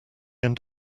end